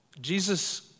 Jesus